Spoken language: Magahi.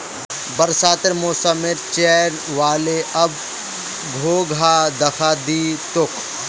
बरसातेर मौसम चनइ व ले, अब घोंघा दखा दी तोक